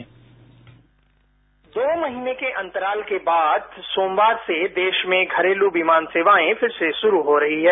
bite दो महीने के अंतराल के बाद सोमवार से देश में घरेलू विमान सेवाए फिर से शुरू हो रही हैं